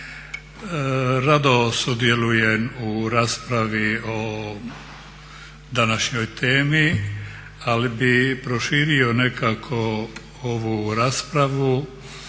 Rado sudjelujem u raspravi o današnjoj temi ali bih proširio nekako ovu raspravu